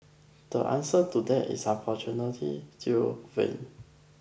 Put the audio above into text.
the answer to that is unfortunately still vague